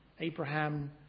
Abraham